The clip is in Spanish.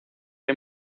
hay